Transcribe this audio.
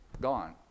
gone